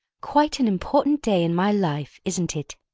quite an important day in my life, isn't it?